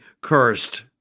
cursed